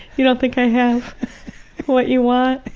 you don't think i have what you want?